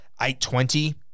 820